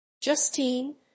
Justine